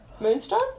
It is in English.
Moonstone